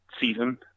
season